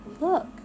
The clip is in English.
Look